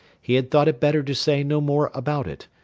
he had thought it better to say no more about it,